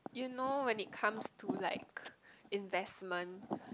you know when it comes to like investment